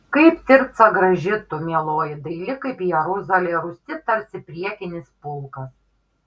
kaip tirca graži tu mieloji daili kaip jeruzalė rūsti tarsi priekinis pulkas